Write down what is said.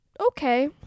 okay